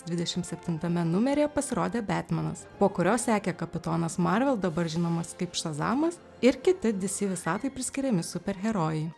dvidešimt septintame numeryje pasirodė betmenas po kurio sekė kapitonas marvel dabar žinomas kaip šazamas ir kiti dc visatai priskiriami superherojai